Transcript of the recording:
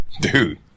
Dude